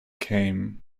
came